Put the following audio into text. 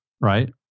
Right